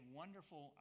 wonderful